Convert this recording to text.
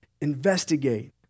investigate